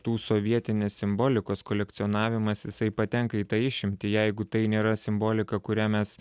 tų sovietinės simbolikos kolekcionavimas jisai patenka į tą išimtį jeigu tai nėra simbolika kurią mes